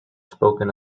spoken